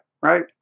right